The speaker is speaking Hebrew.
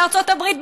בארצות הברית,